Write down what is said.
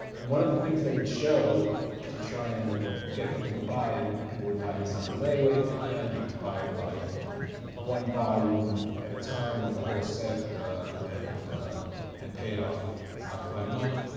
and one of the things they would show to try and get people to buy and people would buy these on the layaway plan, you could buy them by one volume at a time or the whole set and and pay it off month by month.